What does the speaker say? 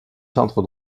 centre